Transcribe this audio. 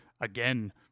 again